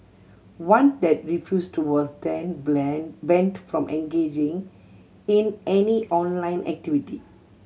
one that refused was then banned from engaging in any online activity